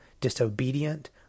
disobedient